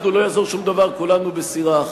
שלא יעזור שום דבר, כולנו בסירה אחת,